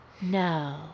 No